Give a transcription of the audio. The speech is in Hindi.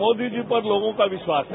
मोदी जी पर लोगों का विश्वास है